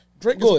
Drake